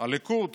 הליכוד.